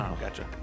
gotcha